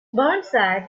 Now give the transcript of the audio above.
burnside